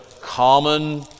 common